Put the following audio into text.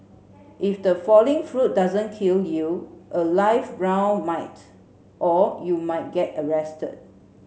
if the falling fruit doesn't kill you a live round might or you might get arrested